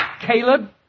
Caleb